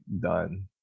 done